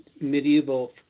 Medieval